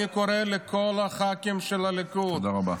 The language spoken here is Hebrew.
אני קורא לכל הח"כים של הליכוד -- תודה רבה.